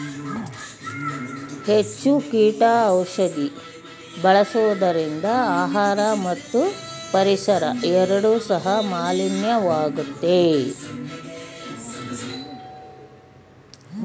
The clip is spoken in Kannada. ಹೆಚ್ಚು ಕೀಟ ಔಷಧಿ ಬಳಸುವುದರಿಂದ ಆಹಾರ ಮತ್ತು ಪರಿಸರ ಎರಡು ಸಹ ಮಾಲಿನ್ಯವಾಗುತ್ತೆ